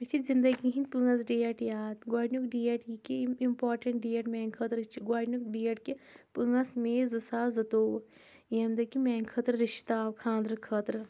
مےٚ چھِ زِنٛدٕگی ہٕنٛدۍ پانٛژھ ڈَیٹ یاد گۄڈنیُک ڈَیٹ یہِ کہِ یِم اِمپاٹَنٛٹ ڈَیٹ میٛانہِ خٲطرٕ چھِ گۄڈنیُک ڈَیٹ کہِ پانٛژھ مے زٕ ساس زٕتووُہ ییٚمہِ دۄہ کہِ میٛانہِ خٲطرٕ رِشتہٕ آو خانٛدٕرٕ خٲطرٕ